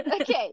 Okay